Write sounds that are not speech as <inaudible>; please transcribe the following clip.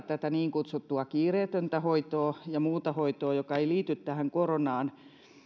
<unintelligible> tätä niin kutsuttua kiireetöntä hoitoa ja muuta hoitoa joka ei liity tähän koronaan